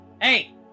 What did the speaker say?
Hey